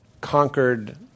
conquered